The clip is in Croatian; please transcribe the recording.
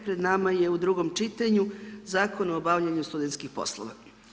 Pred nama je u drugom čitanju Zakon o obavljanju studentskih poslova.